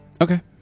Okay